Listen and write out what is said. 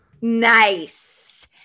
nice